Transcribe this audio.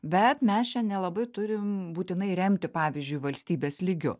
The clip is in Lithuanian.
bet mes čia nelabai turim būtinai remti pavyzdžiui valstybės lygiu